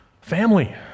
family